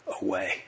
away